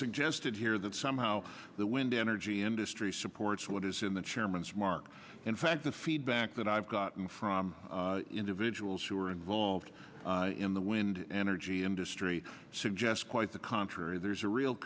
suggested here that somehow the wind energy industry supports what is in the chairman's mark in fact the feedback that i've gotten from individuals who are involved in the wind energy industry suggest quite the contrary there's a real